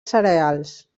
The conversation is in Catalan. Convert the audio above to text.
cereals